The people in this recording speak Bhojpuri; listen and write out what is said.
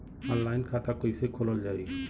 ऑनलाइन खाता कईसे खोलल जाई?